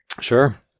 sure